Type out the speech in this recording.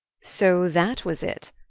so that was it?